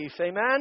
Amen